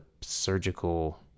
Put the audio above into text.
surgical